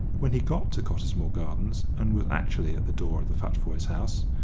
when he got to cottesmore gardens, and was actually at the door of the futvoyes' house,